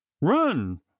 run